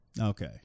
Okay